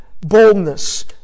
boldness